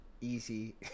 easy